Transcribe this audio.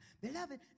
Beloved